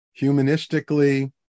humanistically